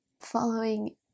Following